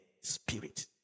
spirit